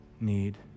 need